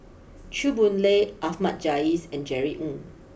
Chew Boon Lay Ahmad Jais and Jerry Ng